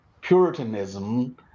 Puritanism